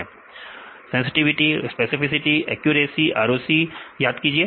विद्यार्थी accuracy sensitivity specificity accuracy ROC याद करिए